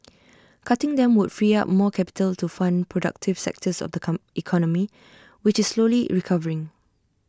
cutting them would free up more capital to fund productive sectors of the economy which is slowly recovering